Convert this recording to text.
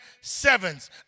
sevens